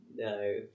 No